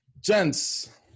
Gents